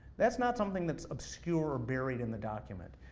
that's not something that's obscured buried in the document.